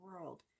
world